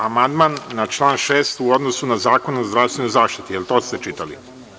Amandman na član 6. u odnosu na Zakon o zdravstvenoj zaštiti, da li ste to čitali?